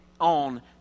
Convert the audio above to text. on